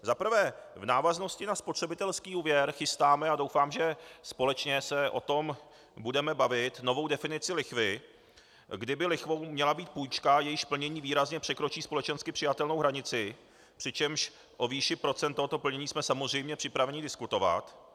Za prvé v návaznosti na spotřebitelský úvěr chystáme, a doufám, že společně se o tom budeme bavit, novou definici lichvy, kdy by lichvou měla být půjčka, jejíž plnění výrazně překročí společensky přijatelnou hranici, přičemž o výši procent tohoto plnění jsme samozřejmě připraveni diskutovat.